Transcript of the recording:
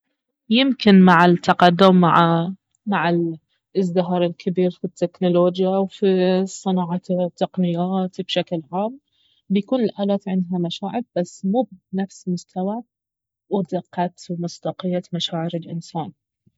يمكن مع التقدم مع ال مع الازدهار الكبير في التكنولوجيا وفي الصناعات التقنيات بشكل عام بيكون الآلات عندها مشاعر بس مو بنفس مستوى ودقة ومصداقية مشاعر الإنسان